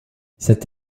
cette